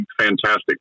fantastic